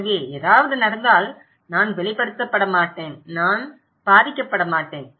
எனவே ஏதாவது நடந்தால் நான் வெளிப்படுத்தப்பட மாட்டேன் நான் பாதிக்கப்பட மாட்டேன்